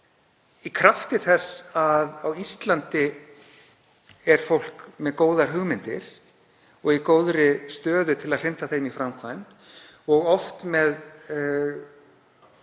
í krafti þess að á Íslandi er fólk með góðar hugmyndir og í góðri stöðu til að hrinda þeim í framkvæmd og oft með